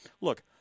Look